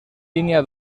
línia